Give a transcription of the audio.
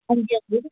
हंजी हंजी